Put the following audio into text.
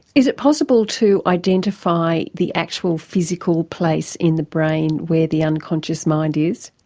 is it possible to identify the actual physical place in the brain where the unconscious mind is?